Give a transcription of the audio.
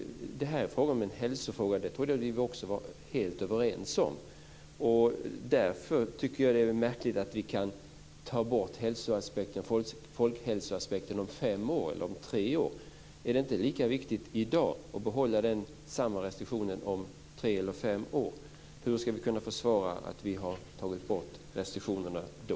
Det här gäller en hälsofråga, det trodde jag att vi var helt överens om. Därför är det märkligt att man kan ta bort folkhälsoaspekten om fem eller tre år. Är det inte viktigt att behålla samma restriktioner om tre eller fem år? Hur ska vi kunna försvara att vi har tagit bort restriktionerna då?